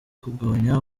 kugabanya